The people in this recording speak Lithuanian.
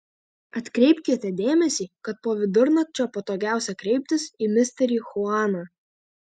atkreipkite dėmesį kad po vidurnakčio patogiausia kreiptis į misterį chuaną